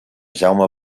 jaume